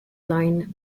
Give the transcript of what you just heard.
line